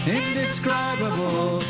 indescribable